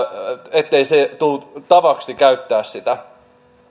ettei tule tavaksi käyttää sitä